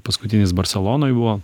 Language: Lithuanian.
paskutinis barselonoj buvo